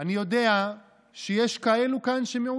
אני לא יודע אם מישהו אחד מסתכל עליך